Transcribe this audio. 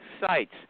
Sites